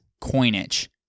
coinage